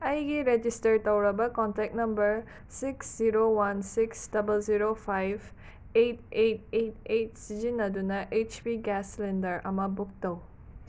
ꯑꯩꯒꯤ ꯔꯦꯖꯤꯁꯇꯔ ꯇꯧꯔꯕ contact number six zero one six double zero five eight eight eight eight ꯁꯤꯖꯤꯟꯅꯗꯨꯅ H P gas cylinder ꯑꯃ book ꯇꯧ